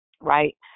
Right